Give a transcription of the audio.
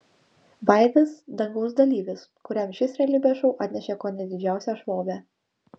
vaidas dangaus dalyvis kuriam šis realybės šou atnešė kone didžiausią šlovę